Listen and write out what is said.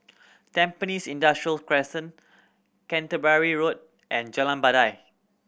Tampines Industrial Crescent Canterbury Road and Jalan Batai